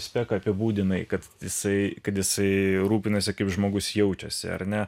speką apibūdinai kad jisai kad jisai rūpinasi kaip žmogus jaučiasi ar ne